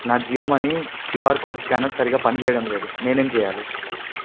నా Jio money QR code scanner సరిగ్గా పనిచేయడం లేదు నేనేం చేయాలి